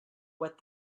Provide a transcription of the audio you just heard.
what